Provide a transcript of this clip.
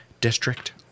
district